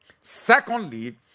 Secondly